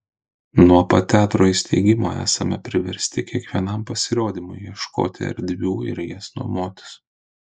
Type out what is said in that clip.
nuo pat teatro įsteigimo esame priversti kiekvienam pasirodymui ieškoti erdvių ir jas nuomotis